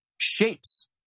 shapes